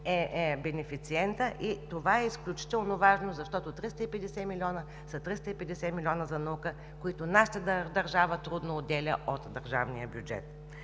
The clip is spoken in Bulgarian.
е бенефициенът, и това е изключително важно, защото 350 милиона са 350 милиона за наука, които нашата държава трудно отделя от държавния бюджет.